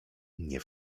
nie